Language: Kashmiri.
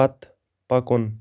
پتہٕ پکُن